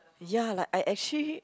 ya like I actually